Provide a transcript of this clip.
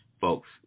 folks